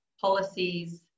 policies